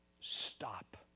stop